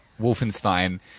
Wolfenstein